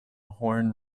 horn